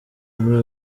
muri